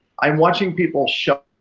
i'm watching people shove